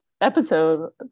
episode